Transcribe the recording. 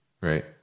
right